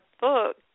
book